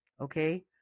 Okay